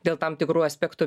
dėl tam tikrų aspektų